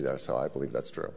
there so i believe that's true